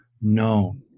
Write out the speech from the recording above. known